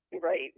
Right